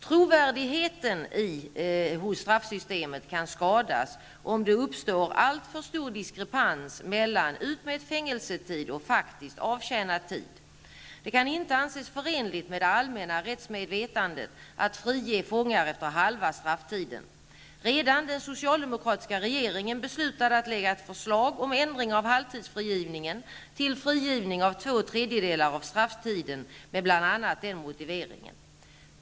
Trovärdigheten hos straffsystemet kan skadas om det uppstår alltför stor diskrepans mellan utmätt fängelsetid och faktiskt avtjänad tid. Det kan inte anses förenligt med det allmänna rättsmedvetandet att fångar friges efter halva strafftiden. Redan den socialdemokratiska regeringen beslutade att lägga fram ett förslag om ändring av halvtidsfrigivningen till frigivning efter två tredjedelar av strafftiden med bl.a. den motiveringen.